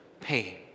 pain